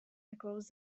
across